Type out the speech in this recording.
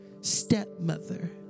stepmother